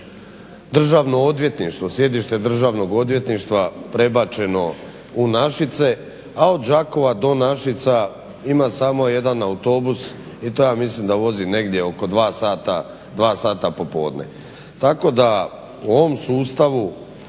Državno odvjetništvo, sjedište državnog odvjetništva prebačeno u Našice, a od Đakova do Našica ima samo jedan autobus i to ja mislim da vozi negdje oko 2 sata popodne. Tako da u ovom sustavu,